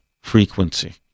frequency